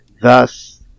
thus